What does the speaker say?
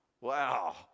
wow